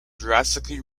drastically